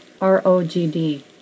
ROGD